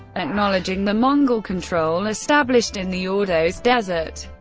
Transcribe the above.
acknowledging the mongol control established in the ordos desert,